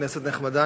כנסת נכבדה,